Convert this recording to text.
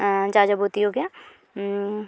ᱡᱟ ᱡᱟᱵᱚᱛᱤᱭᱚ ᱜᱮ